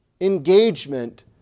engagement